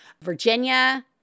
Virginia